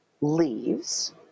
leaves